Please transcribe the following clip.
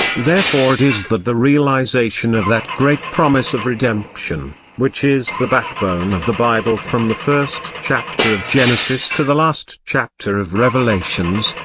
therefore it is that the realisation of that great promise of redemption, which is the backbone of the bible from the first chapter of genesis to the last chapter of revelations,